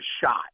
shot